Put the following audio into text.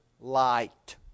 light